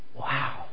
wow